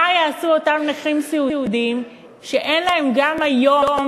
מה יעשו אותם נכים סיעודיים שאין להם גם היום